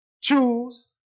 choose